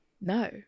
No